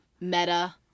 meta